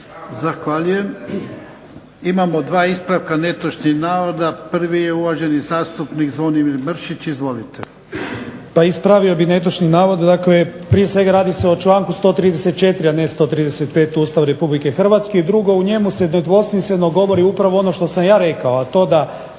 Zahvaljujem. Imamo dva ispravka netočnih navoda. Prvi je uvaženi zastupnik Zvonimir Mršić. Izvolite. **Mršić, Zvonimir (SDP)** Pa ispravio bih netočni navod, dakle prije svega radi se o članku 134., a ne 135. Ustava Republike Hrvatske i drugo, u njemu se nedvosmisleno govori upravo ono što sam ja rekao, a to je